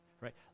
Right